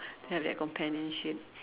that companionship